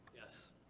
yes.